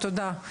תודה.